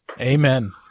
Amen